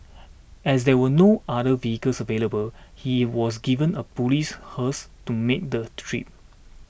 as there were no other vehicles available he was given a police hearse to make the trip